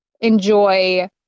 enjoy